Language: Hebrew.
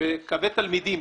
בקווי תלמידים.